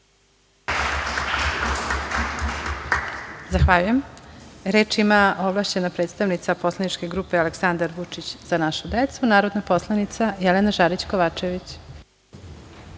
Zahvaljujem. Reč ima ovlašćena predstavnika Poslaničke grupe Aleksandar Vučić – Za našu decu, narodna poslanica Jelena Žarić Kovačević.